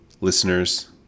Listeners